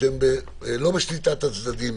שהן לא בשליטת הצדדים.